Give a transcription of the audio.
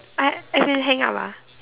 I as in hang up ah